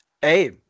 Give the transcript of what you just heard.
Hey